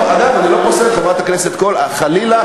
אגב, חברת הכנסת קול, אני לא פוסל, חלילה.